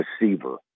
receiver